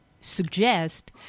suggest